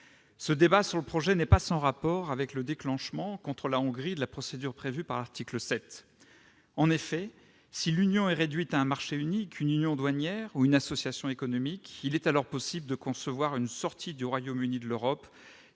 Ce débat sur le projet n'est pas sans rapport avec le déclenchement, contre la Hongrie, de la procédure prévue à l'article 7 du traité sur l'Union européenne. En effet, si l'Union est réduite à un marché unique, à une union douanière ou à une association économique, il est alors possible de concevoir une sortie du Royaume-Uni de l'Europe